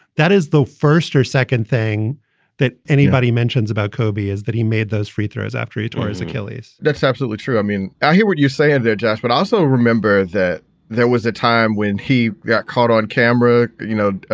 that is the first or second thing that anybody mentions about kobe is that he made those free throws after he tore his achilles that's absolutely true. i mean, i hear what you're saying there, josh. but also, remember that there was a time when he got caught on camera. you know,